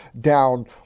down